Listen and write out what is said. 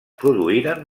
produïren